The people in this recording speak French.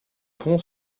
pont